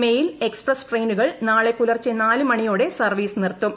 mail express ട്രെയിനുകൾ നാളെ പുലർച്ചെ നാല് മണിയോടെ സർവീസ് നിർത്തും